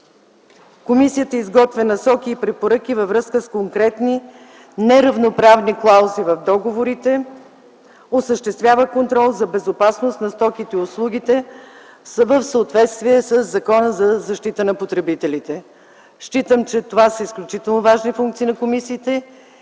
Комисията изготвя насоки и препоръки във връзка с конкретни неравноправни клаузи в договорите, осъществява контрол за безопасност на стоките и услугите в съответствие със Закона за защита на потребителите. Считам, че това са изключително важни функции на комисиите